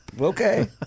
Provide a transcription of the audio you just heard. Okay